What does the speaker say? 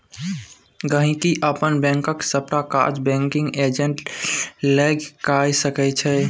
गांहिकी अपन बैंकक सबटा काज बैंकिग एजेंट लग कए सकै छै